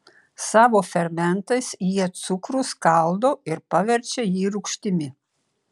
savo fermentais jie cukrų skaldo ir paverčia jį rūgštimi